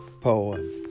poem